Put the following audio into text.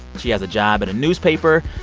she has a job at a newspaper,